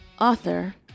author